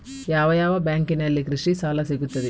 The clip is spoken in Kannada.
ಯಾವ ಯಾವ ಬ್ಯಾಂಕಿನಲ್ಲಿ ಕೃಷಿ ಸಾಲ ಸಿಗುತ್ತದೆ?